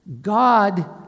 God